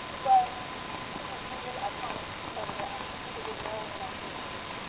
but these were really iconic photographs that people didn't know in the nineteen ten s.